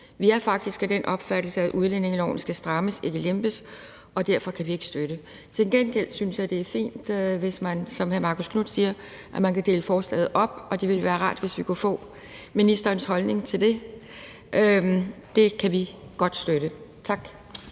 Vi er faktisk af den opfattelse, at udlændingeloven skal strammes – ikke lempes – og derfor kan vi ikke støtte forslaget. Til gengæld synes jeg, at det vil være fint, hvis man, som hr. Marcus Knuth siger, deler forslaget op, og det ville være rart, hvis vi kunne få ministerens holdning til det, for det kan vi godt støtte. Tak.